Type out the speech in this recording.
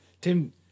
Tim